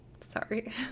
sorry